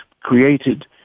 created